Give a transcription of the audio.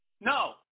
No